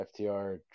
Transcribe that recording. FTR